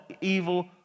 evil